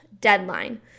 deadline